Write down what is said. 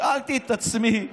שאלתי את עצמי,